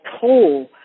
toll